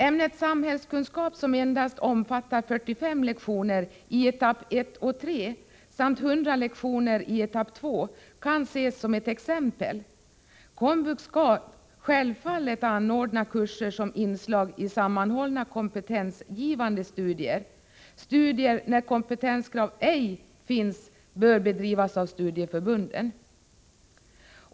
Ämnet samhällskunskap, som omfattar endast 45 lektioner i etapp 1 och 3 samt 100 lektioner i etapp 2, kan ses som ett exempel. Komvux skall självfallet anordna kurser som inslag i sammanhållna kompetensgivande studier. Kurser när kompetenskrav ej finns bör bedrivas av studieförbunden.